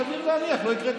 סביר להניח שלא יקרה כלום.